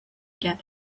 get